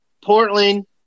Portland